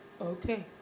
Okay